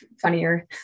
funnier